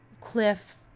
cliff